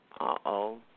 Uh-oh